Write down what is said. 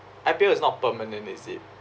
I_P_L is not permanent is it